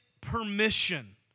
permission